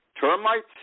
termites